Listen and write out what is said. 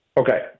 Okay